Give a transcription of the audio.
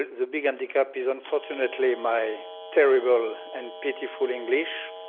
the big handicap is unfortunately my terrible and pitiful english.